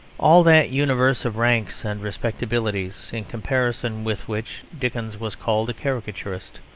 all that universe of ranks and respectabilities in comparison with which dickens was called a caricaturist,